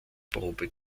probe